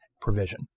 provision